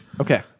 Okay